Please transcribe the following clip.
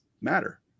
matter